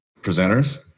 presenters